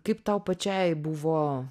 kaip tau pačiai buvo